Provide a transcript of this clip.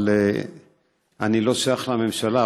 אני לא שייך לממשלה,